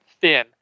thin